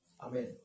Amen